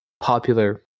popular